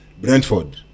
Brentford